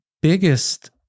biggest